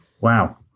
Wow